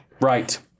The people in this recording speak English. Right